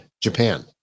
Japan